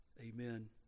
Amen